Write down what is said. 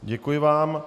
Děkuji vám.